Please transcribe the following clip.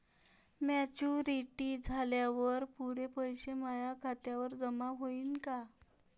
Maturity झाल्यावर पुरे पैसे माया खात्यावर जमा होईन का?